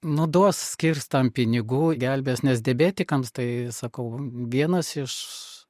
nu duos skirs tam pinigų gelbės nes diabetikams tai sakau vienas iš